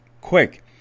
Quick